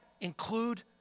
include